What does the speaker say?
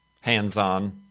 hands-on